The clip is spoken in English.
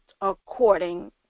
according